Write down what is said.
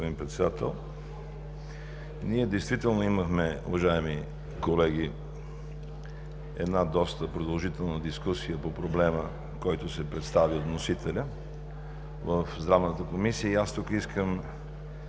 Ви, господин Председател. Ние действително имахме, уважаеми колеги, една доста продължителна дискусия по проблема, който се представя от вносителя в Здравната комисия. Тук искам